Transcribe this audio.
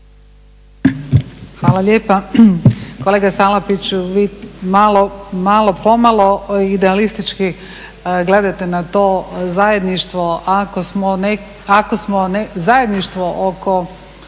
Hvala lijepa. Kolega Salapiću vi malo po malo idealistički gledate na to zajedništvo.